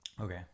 Okay